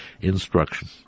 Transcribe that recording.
instruction